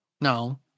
no